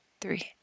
three